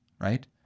Right